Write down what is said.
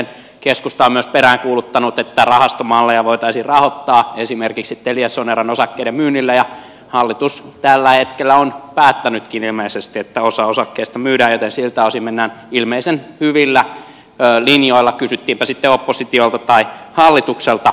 keskusta on myös peräänkuuluttanut että rahastomalleja voitaisiin rahoittaa esimerkiksi teliasoneran osakkeiden myynnillä ja hallitus tällä hetkellä on päättänytkin ilmeisesti että osa osakkeista myydään joten siltä osin mennään ilmeisen hyvillä linjoilla kysyttiinpä sitten oppositiolta tai hallitukselta